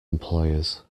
employers